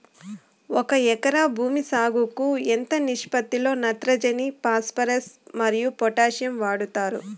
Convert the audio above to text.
ఒక ఎకరా భూమి సాగుకు ఎంత నిష్పత్తి లో నత్రజని ఫాస్పరస్ మరియు పొటాషియం వాడుతారు